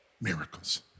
Miracles